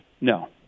No